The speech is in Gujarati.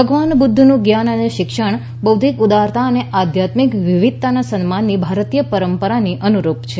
ભગવાન બુધ્ધનું જ્ઞાન અને શિક્ષણ બૌઘ્યિક ઉદારતા અને આધ્યાત્મીક વિવિધતાના સન્માનની ભારતીય પરંપરાની અનુરૂપ છે